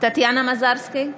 טטיאנה מזרסקי,